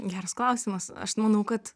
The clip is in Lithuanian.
geras klausimas aš manau kad